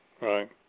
right